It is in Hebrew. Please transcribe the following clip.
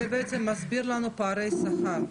זה מסביר לנו את פערי השכר.